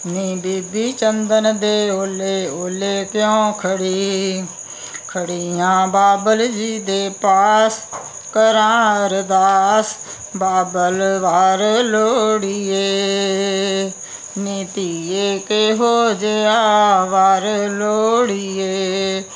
ਨੀ ਬੀਬੀ ਚੰਦਨ ਦੇ ਓਲੇ ਓਲੇ ਕਿਉਂ ਖੜ੍ਹੀ ਖੜ੍ਹੀ ਹਾਂ ਬਾਬਲ ਜੀ ਦੇ ਪਾਸ ਕਰਾਂ ਅਰਦਾਸ ਬਾਬਲ ਵਰ ਲੋੜੀਏ ਨੀ ਧੀਏ ਕਿਹੋ ਜਿਹਾ ਵਰ ਲੋੜੀਏ